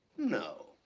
no.